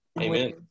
Amen